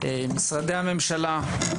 למשרדי הממשלה,